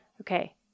Okay